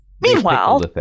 Meanwhile